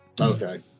Okay